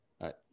right